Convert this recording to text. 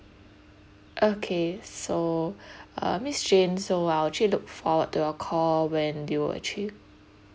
okay so uh miss jane so I'll actually look forward to your call when you were actually